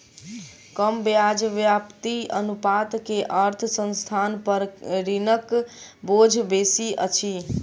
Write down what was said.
कम ब्याज व्याप्ति अनुपात के अर्थ संस्थान पर ऋणक बोझ बेसी अछि